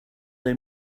they